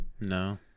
No